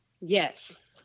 yes